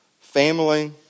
family